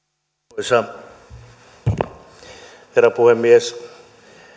arvoisa arvoisa herra puhemies